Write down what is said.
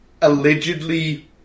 allegedly